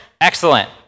Excellent